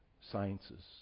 sciences